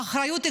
האחריות כוללת,